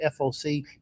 FOC